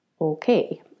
okay